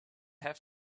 have